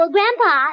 Grandpa